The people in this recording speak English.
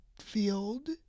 field